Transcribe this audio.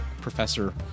professor